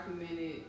documented